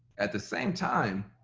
at the same time,